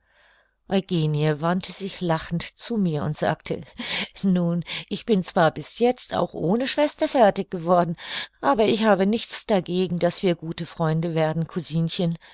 eugenie wandte sich lachend zu mir und sagte nun ich bin zwar bis jetzt auch ohne schwester fertig geworden aber ich hab nichts dagegen daß wir gute freunde werden